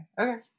Okay